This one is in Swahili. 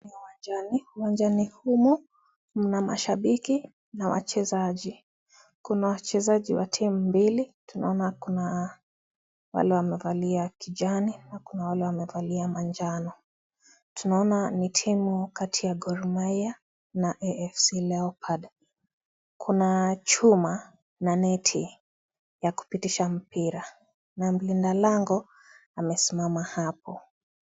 Ni uwanjani. Uwanjani humo mna mashabiki na wachezaji. Kuna wachezaji wa timu mbili. Tunaona kuna wale wamevalia kijani na wale wamevalia manjano. Tunaona ni timu Kati ya Gormahia na AFC Leopards. Kuna chuma na neti ya kupitisha mpira na mlinda lango amesimama hapo.